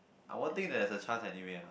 I won't think that there's a chance anyway ah